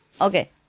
Okay